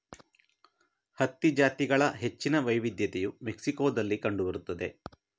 ಹತ್ತಿ ಜಾತಿಗಳ ಹೆಚ್ಚಿನ ವೈವಿಧ್ಯತೆಯು ಮೆಕ್ಸಿಕೋದಲ್ಲಿ ಕಂಡು ಬರುತ್ತದೆ